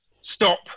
stop